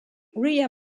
ria